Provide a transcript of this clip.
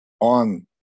on